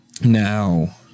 Now